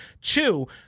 Two